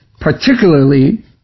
Particularly